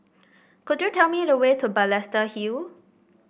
could you tell me the way to Balestier Hill